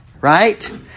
right